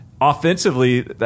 offensively